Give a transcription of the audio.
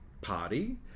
party